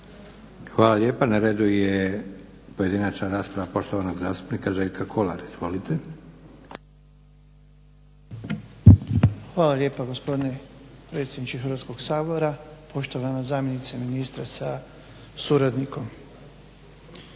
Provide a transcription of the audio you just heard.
Hvala lijepa. Na redu je pojedinačna rasprava poštovanog zastupnika Željka Kolara. Izvolite. **Kolar, Željko (SDP)** Hvala lijepa gospodine predsjedniče Hrvatskog sabora, poštovana zamjenice ministra sa suradnikom.